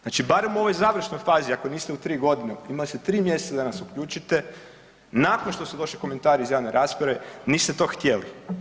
Znači barem u ovoj završnoj fazi, ako niste u 3 godine, imali ste 3 mjeseca da nas uključite nakon što su došli komentari iz javne rasprave, niste to htjeli.